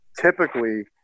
typically